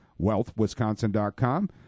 WealthWisconsin.com